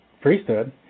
priesthood